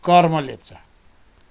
कर्म लेप्चा